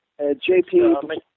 JP